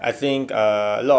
I think ah a lot of